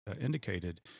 indicated